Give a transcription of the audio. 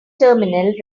terminal